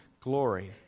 glory